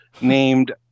named